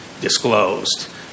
disclosed